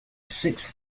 sixth